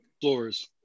Floors